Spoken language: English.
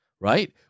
right